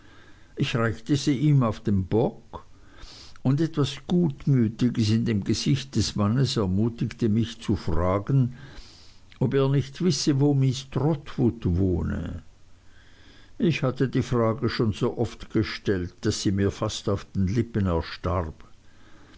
ich reichte sie ihm auf den bock und etwas gutmütiges in dem gesicht des mannes ermutigte mich ihn zu fragen ob er nicht wisse wo miß trotwood wohne ich hatte die frage schon so oft gestellt daß sie mir fast auf den lippen erstarb